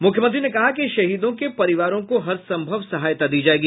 मुख्यमंत्री ने कहा कि शहीदों के परिवारों को हरसंभव सहायता दी जाएगी